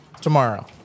Tomorrow